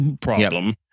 problem